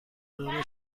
ران